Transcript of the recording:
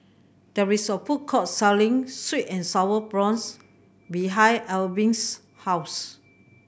there is a food court selling sweet and Sour Prawns behind Albin's house